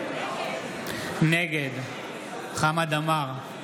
נגד חמד עמאר,